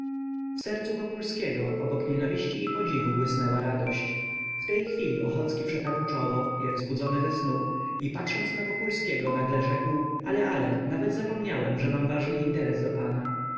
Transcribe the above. w sercu wokulskiego obok nienawiści i podziwu błysnęła radość w tej chwili ochocki przetarł czoło jak zbudzony ze snu i patrząc na wokulskiego nagle rzekł ale ale nawet zapomniałem że mam ważny